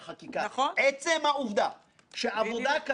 אני לא יודע מתי בדיוק בנק ישראל קיבל את הדוח הזה.